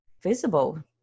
visible